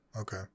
Okay